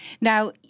Now